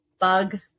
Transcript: bug